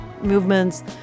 movements